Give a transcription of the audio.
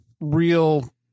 real